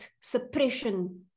suppression